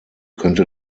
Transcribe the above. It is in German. könnte